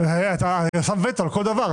אתה שם וטו על כל דבר,